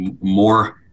more